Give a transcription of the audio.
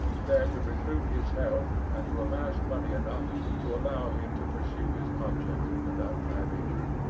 there to recruit his health and to amass money enough to allow him to pursue his object without privation.